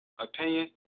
opinion